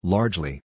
Largely